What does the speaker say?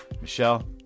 Michelle